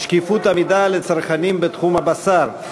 (שקיפות המידע לצרכנים בתחום הבשר),